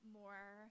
more